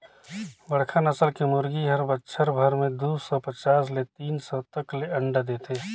बड़खा नसल के मुरगी हर बच्छर भर में दू सौ पचास ले तीन सौ तक ले अंडा देथे